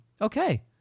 Okay